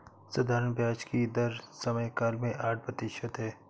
साधारण ब्याज की दर समयकाल में आठ प्रतिशत है